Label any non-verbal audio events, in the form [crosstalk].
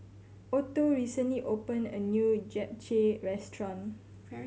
Otto recently opened a new Japchae Restaurant [noise]